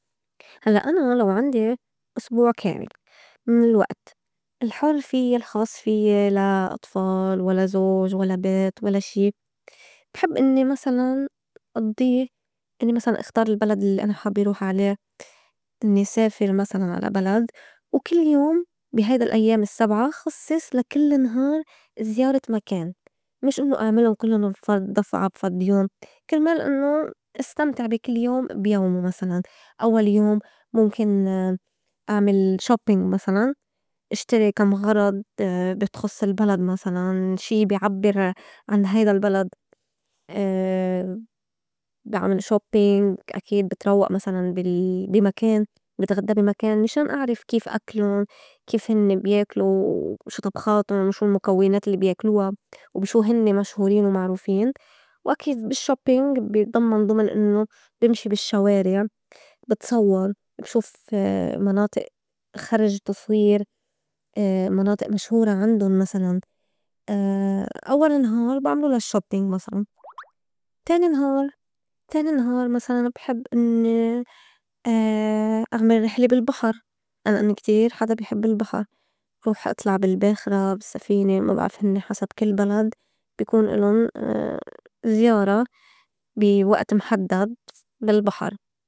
هلّأ أنا لو عندي أسبوع كامل من الوئت الحُر فيَّ الخاص فيَّ لا أطفال، ولا زوج، ولا بيت، ولا شي، بحب إنّي مسلاً أضّي إنّي مسلاً إختار البلد الّي أنا حابّي روح عليه إنّي سافر مسلاً على بلد وكل يوم بي هيدا الأيّام السّبعة خصّص لا كل نهار زيارة مكان مش إنّو أعملُن كلُّن بفرد دفعة بفرد يوم كرمال إنّو إستمتع بي كل يوم بيومو مسلاً. أوّل يوم مُمكن أعمل shopping مسلاً إشتري كم غرض بتخُص البلد مسلاً شي بي عبّر عن هيدا البلد بعمل shopping، أكيد بتروّئ مسلاً بال- بي مكان وبتغدّى بي مكان مشان أعرف كيف أكلُن؟ كيف هنّي بياكلو؟ وشو طبخاتُن؟ وشو المكوّنات الّي بياكلوا؟ وبي شو هنّي مشهورين ومعروفين؟ وأكيد ب shopping بيضمّن ضُمُن إنّو بمشي بالشّوارع، بتصوّر بشوف مناطئ خرج تصوير، مناطئ مشهورة عندُن مسلاً أوّل نهار بعملو لا shopping مسلاً، تاني- نهار- تاني نهار مسلاً بحب إنّي أعمل رحلة بالبحر أنّي أنا كتير حدا بي حب البحر روح أطلع بالباخرة بالسّفينة ما بعرف هنّي حسب كل بلد بكون إلُن زيارة بي وئت محدّد بالبحر.